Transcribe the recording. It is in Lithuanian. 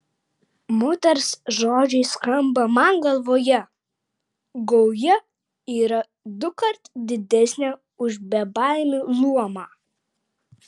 moters žodžiai skamba man galvoje gauja yra dukart didesnė už bebaimių luomą